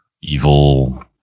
evil